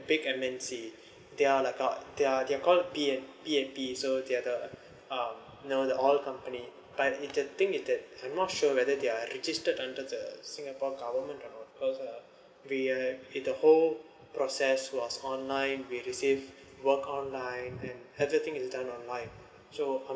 paid M_N_C they're like uh they're they're called P_N P_N_P so they are the um you know the oil company but is the thing is that I'm not sure whether they are registered under the singapore government or cause uh we uh in the whole process was online which to say work online and everything is done online so I'm not